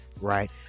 right